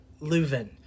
Leuven